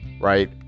right